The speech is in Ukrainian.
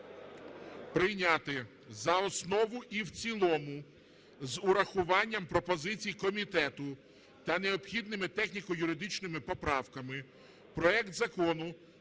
прийняти за основу і в цілому з урахуванням пропозицій комітету та необхідними техніко-юридичними поправками проект Закону